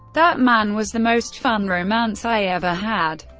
that man was the most fun romance i ever had.